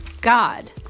God